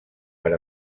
per